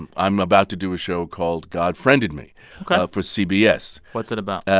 and i'm about to do a show called god friended me for cbs what's it about?